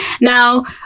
now